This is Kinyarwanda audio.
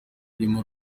irimo